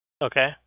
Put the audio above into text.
Okay